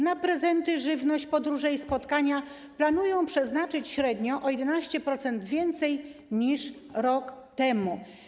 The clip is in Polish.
Na prezenty, żywność, podróże i spotkania planują przeznaczyć średnio o 11% więcej środków niż rok temu.